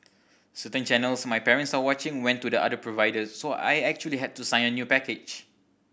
certain channels my parents are watching went to the other providers so I actually had to sign a new package